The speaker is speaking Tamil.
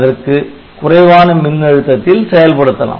அதற்கு குறைவான மின் அழுத்தத்தில் செயல்படுத்தலாம்